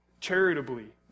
charitably